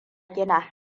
gina